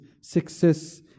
success